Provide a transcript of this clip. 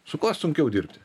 su kuo sunkiau dirbti